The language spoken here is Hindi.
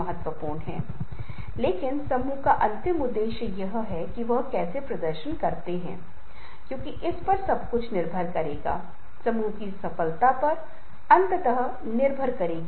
यह ऊर्जा नहीं चूस रहा है इसकी पूर्ति ऊर्जा देना हाँ हम यह कर सकते हैं हम इसे करेंगे हम इसे बनाएंगे मैं आपके साथ हूँ जो उन्हें महत्व दे रहा है